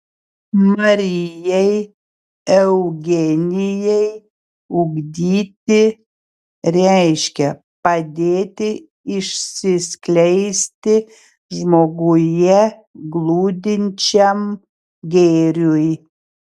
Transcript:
marijai eugenijai ugdyti reiškia padėti išsiskleisti žmoguje glūdinčiam gėriui